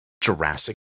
Jurassic